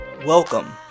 Welcome